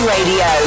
Radio